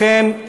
לכן,